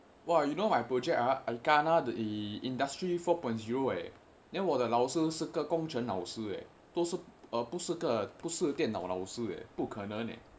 !wah! you know my project ah I kena the industry four point zero eh then 我的老师是个工程老师都是呃不是个不是电脑老师额不可能的:wo de lao shi shi ge gong cheng lao shi dou shi eai bu shi ge bu shi dian nao lao shi e bu ke neng de